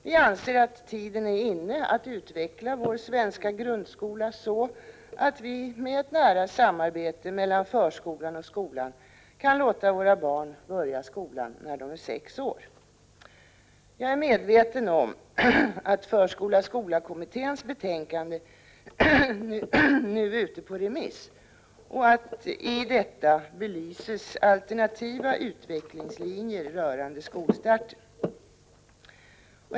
Vi anser att tiden är inne att utveckla vår svenska grundskola så att vi med ett nära samarbete mellan förskolan och skolan kan låta våra barn börja skolan när de är sex år. Jag är medveten om att förskola-skola-kommitténs betänkande nu är ute på remiss och att i detta belyses alternativa utvecklingslinjer rörande skolstarten.